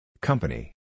Company